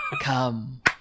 Come